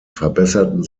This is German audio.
verbesserten